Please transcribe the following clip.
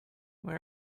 where